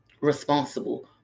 responsible